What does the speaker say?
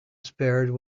spared